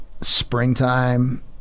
springtime